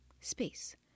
space